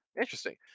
Interesting